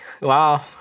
Wow